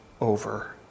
over